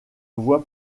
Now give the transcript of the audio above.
voie